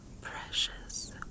precious